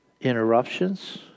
Interruptions